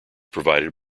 provided